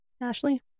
ashley